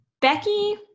Becky